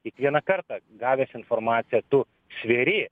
kiekvieną kartą gavęs informaciją tu sveri